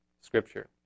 scripture